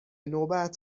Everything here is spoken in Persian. نوبت